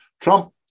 Trump